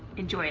enjoy